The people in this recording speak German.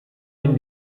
dem